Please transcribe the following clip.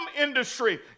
industry